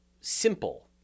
simple